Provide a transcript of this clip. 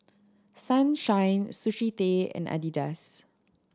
Sunshine Sushi Tei and Adidas